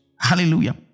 hallelujah